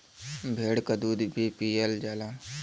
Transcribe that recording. भेड़ क दूध भी पियल जाला